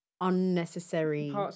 unnecessary